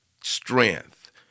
strength